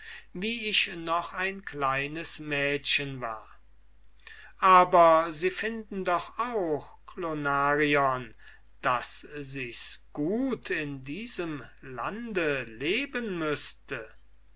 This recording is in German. wie ich noch ein kleines mädchen war aber sie finden doch auch klonarion daß sichs gut in diesem lande leben müßte